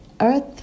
Earth